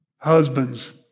Husbands